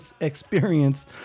experience